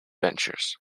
ventures